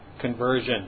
conversion